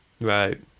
Right